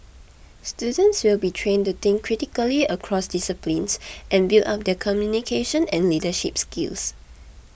students will be trained to think critically across disciplines and build up their communication and leadership skills